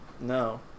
No